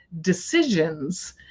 decisions